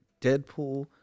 Deadpool